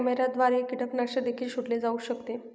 कॅमेऱ्याद्वारे कीटकनाशक देखील शोधले जाऊ शकते